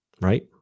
right